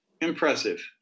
impressive